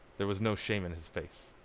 there was no shame in his face.